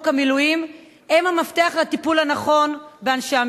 המילואים הם המפתח לטיפול הנכון באנשי המילואים.